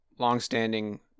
Longstanding